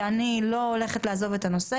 שאני לא הולכת לעזוב את הנושא,